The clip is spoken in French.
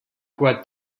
quoi